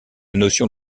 notion